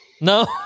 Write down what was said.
no